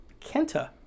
Kenta